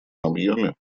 объеме